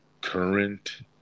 current